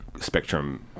spectrum